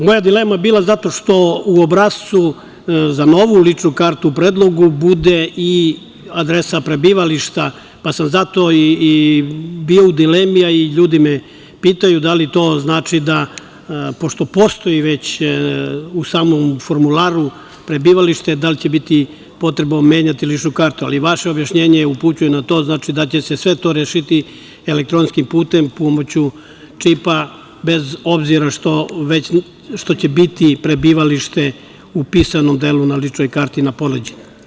Moja dilema je bila zato što u obrascu za novu ličnu kartu u predlogu bude i adresa prebivališta, pa sam zato i bio u dilemi, a i ljudi me pitaju, da li to znači da pošto postoji već u samom formularu prebivalište da li će biti potrebno menjati ličnu kartu, ali vaše objašnjenje upućuje na to, znači da će se sve to rešiti elektronskim putem pomoću čipa bez obzira što će biti prebivalište u pisanom delu na ličnoj karti na poleđini.